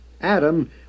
Adam